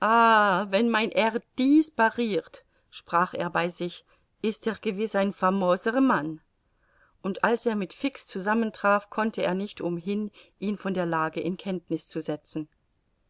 wenn mein herr dies parirt sprach er bei sich ist er gewiß ein famoser mann und als er mit fix zusammentraf konnte er nicht umhin ihn von der lage in kenntniß zu setzen